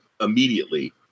immediately